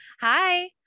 Hi